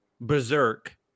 Berserk